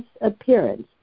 appearance